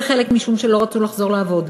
וחלק משום שלא רצו לחזור לעבוד.